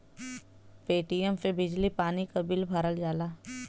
Paytm से बिजली पानी क बिल भरल जाला